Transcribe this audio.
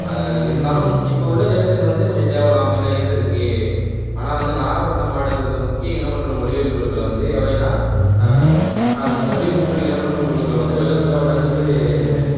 இருந்தாலும் இப்போ உள்ள ஜென்ரேஷன் வந்து கொஞ்சம் தேவலாம் முன்ன இருந்ததுக்கு ஆனால் வந்து நாகப்பட்டினம் மாவட்டத்தில் உள்ள இந்த முக்கிய இனம் மற்றும் மொழிகள்குழுகள்ல வந்து எவைன்னா அந்த மொழி மற்றும் இனம் மற்றும் குழுக்களை வந்து வெள்ல சொல்லக்கூடாதுன்னு சொல்லிட்டு